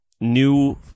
new